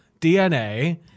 DNA